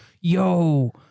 Yo